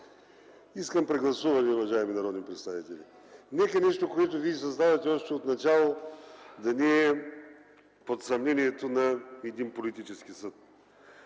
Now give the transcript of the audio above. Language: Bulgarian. Искам прегласуване, уважаеми народни представители! Нека нещо, което вие създавате, още отначало да не е под съмнението на един политически съд.